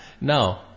no